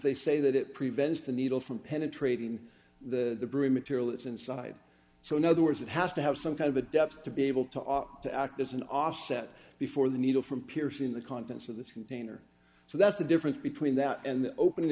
they say that it prevents the needle from penetrating the broom material that's inside so in other words it has to have some kind of a depth to be able to to act as an offset before the needle from piercing the contents of this container so that's the difference between that and the opening